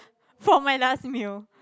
for my last meal